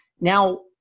Now